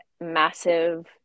massive